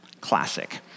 classic